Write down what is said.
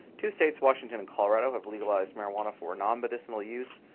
two states, washington and colorado have legalized marijuana for non-medicinal use.